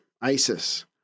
Isis